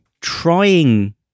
trying